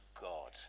God